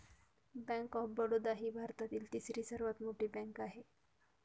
bank of Baroda ही भारतातील तिसरी सर्वात मोठी बँक आहे